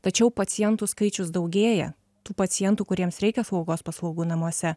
tačiau pacientų skaičius daugėja tų pacientų kuriems reikia slaugos paslaugų namuose